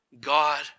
God